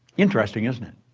interesting, isn't it?